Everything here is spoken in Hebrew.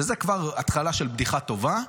שזו כבר התחלה של בדיחה טובה,